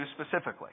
specifically